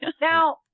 Now